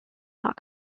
not